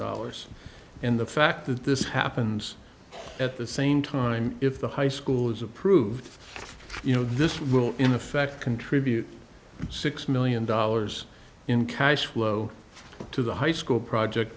dollars in the fact that this happens at the same time if the high school is approved you know this will in effect contribute six million dollars in cash flow to the high school project